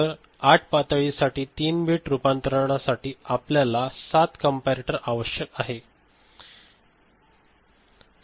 तर 8 पातळीसाठी 3 बिट रूपांतरणासाठी आम्हाला 7 कंपॅरटर आवश्यक आहेत ते आहे ठीक आहे